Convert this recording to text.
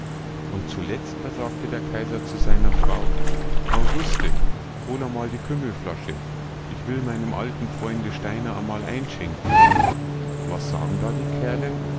und zuletzt da sagte der kaiser zu seiner frau auguste hol amal die kümmelflasche ich will meinem alten freunde steiner amal einschenken was sagen da die kerle